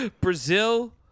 Brazil